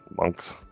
Monks